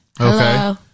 Okay